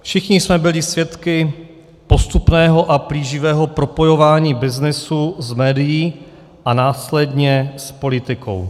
Všichni jsme byli svědky postupného a plíživého propojování byznysu s médii a následně s politikou.